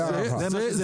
זאת ההערכה.